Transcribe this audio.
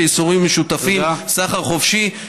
כאזורים משותפים של סחר חופשי,